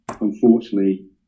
unfortunately